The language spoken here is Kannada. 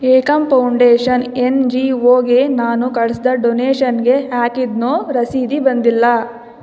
ಏಕಂ ಫೌಂಡೇಷನ್ ಎನ್ ಜಿ ಒಗೆ ನಾನು ಕಳ್ಸಿದ ಡೊನೇಷನ್ಗೆ ಯಾಕಿನ್ನೂ ರಸೀದಿ ಬಂದಿಲ್ಲ